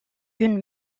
une